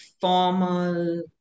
formal